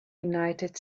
united